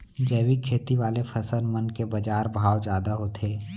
जैविक खेती वाले फसल मन के बाजार भाव जादा होथे